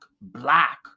black